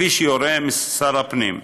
כפי שיורה שר הפנים.